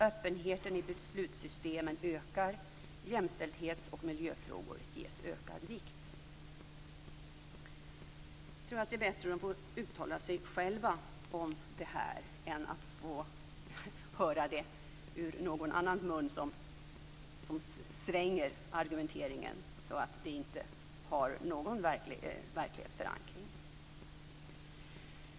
Öppenheten i beslutssystemen ökar, jämställdhets och miljöfrågor ges ökad vikt. Jag tror att det är bättre att låta dem själva uttala sig om detta än att få höra det ur någon annans mun som svänger argumenteringen så att det inte har någon verklighetsförankring.